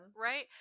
Right